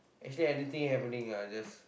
actually anything happening lah I just